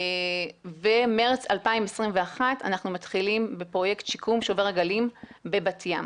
ובמרץ 2021 אנחנו מתחילים בפרויקט שיקום שובר הגלים בבת ים